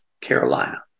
Carolina